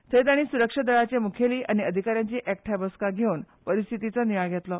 थंय ताणी सुरक्षा दळांचे मुखेली आनी अधिकाऱ्यांची एकठांय बसका घेवन परिस्थीतीचो नियाळ घेतलो